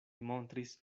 montris